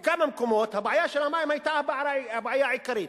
בכמה מקומות הבעיה של המים היתה הבעיה העיקרית.